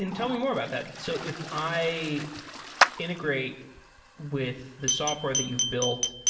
and tell me more about that. so if i integrate with the software that you've built,